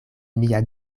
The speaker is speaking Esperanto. mia